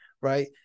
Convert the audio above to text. right